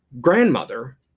grandmother